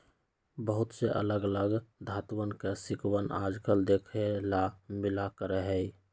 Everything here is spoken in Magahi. बहुत से अलग अलग धातुंअन के सिक्कवन आजकल देखे ला मिला करा हई